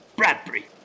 Bradbury